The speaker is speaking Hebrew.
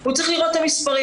הוא צריך לראות את המספרים.